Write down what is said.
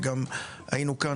וגם היינו כאן,